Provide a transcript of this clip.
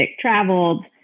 traveled